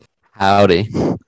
Howdy